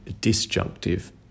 disjunctive